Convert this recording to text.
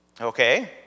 Okay